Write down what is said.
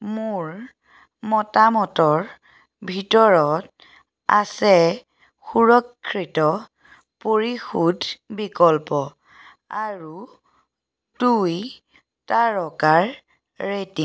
মোৰ মতামতৰ ভিতৰত আছে সুৰক্ষিত পৰিশোধ বিকল্প আৰু দুই তাৰকাৰ ৰেটিং